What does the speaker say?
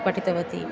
पठितवति